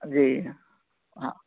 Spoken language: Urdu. جی ہاں